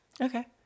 Okay